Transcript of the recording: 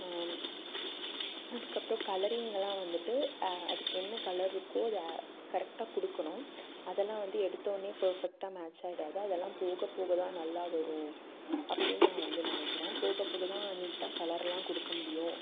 அதுக்கப்புறம் கலரிங்கெல்லாம் வந்துட்டு அதுக்கு என்ன கலர் இருக்கோ அதை கரெக்டாக கொடுக்கணும் அதல்லாம் வந்து எடுத்தோடனே பர்ஃபெக்டாக மேட்ச் ஆகிடாது அதல்லாம் போக போகதான் நல்லா வரும் அப்படின்னு நான் வந்து நினைக்கிறேன் போக போகதான் நீட்டாக கலர்லாம் கொடுக்க முடியும்